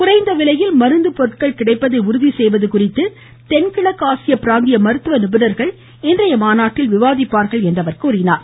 குறைந்த விலையில் மருந்து பொருட்கள் கிடைப்பதை உறுதி செய்வது குறித்து தென்கிழக்கு ஆசிய பிராந்திய மருத்துவ நிபுணர்கள் இன்றைய மாநாட்டில் விவாதிப்பார்கள் என்றார்